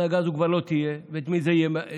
ההנהגה הזו כבר לא תהיה, ואת מי זה יעניין.